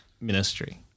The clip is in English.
ministry